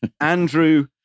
Andrew